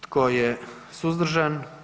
Tko je suzdržan?